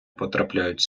потрапляють